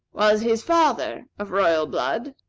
was his father of royal blood?